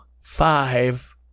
five